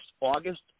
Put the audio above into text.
August